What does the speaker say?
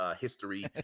history